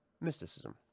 mysticism